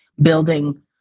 building